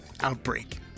Outbreak